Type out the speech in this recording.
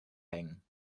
hängen